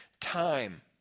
time